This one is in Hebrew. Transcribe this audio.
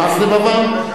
נמס לבבם,